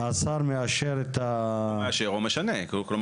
השר מאשר את --- או מאשר או משנה,